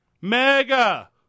Mega